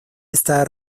está